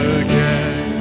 again